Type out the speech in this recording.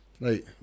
Right